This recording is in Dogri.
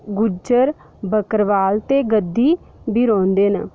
गुज्जर बक्करबाल ते गद्दी बी रौंह्दे न